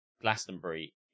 Glastonbury